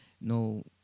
no